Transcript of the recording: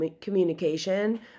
Communication